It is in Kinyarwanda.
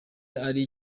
ari